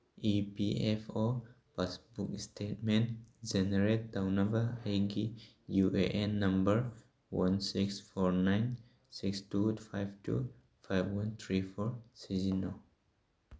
E P F O passbook statement generate ꯇꯧꯅꯕ ꯑꯩꯒꯤ U A N number one six four nine six two five two five one three four ꯁꯤꯖꯤꯟꯅꯧ